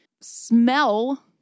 smell